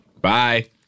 Bye